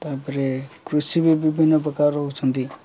ତା'ପରେ କୃଷି ବି ବିଭିନ୍ନ ପ୍ରକାର ରହୁଛନ୍ତି